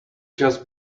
just